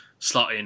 slotting